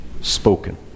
spoken